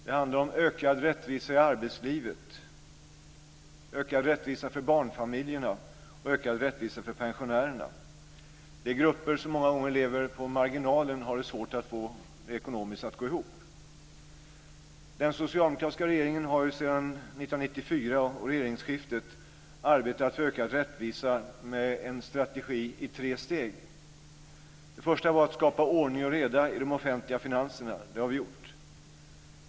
Det handlar om ökad rättvisa i arbetslivet, ökad rättvisa för barnfamiljerna och ökad rättvisa för pensionärerna. Det är grupper som många gånger lever på marginalen och har det svårt att få det att gå ihop ekonomiskt. Den socialdemokratiska regeringen har sedan regeringsskiftet 1994 arbetat för ökad rättvisa med en strategi i tre steg. Det första var att skapa ordning och reda i de offentliga finanserna. Det har vi gjort.